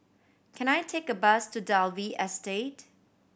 can I take a bus to Dalvey Estate